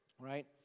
right